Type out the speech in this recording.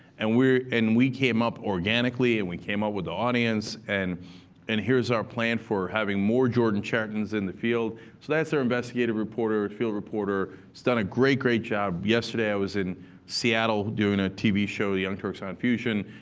and and we came up organically. and we came up with the audience. and and here's our plan for having more jordan charitons in the field. so that's our investigative reporter, and field reporter, he's so done a great, great job. yesterday, i was in seattle doing a tv show, young turks on fusion,